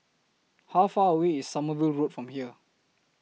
How Far away IS Sommerville Road from here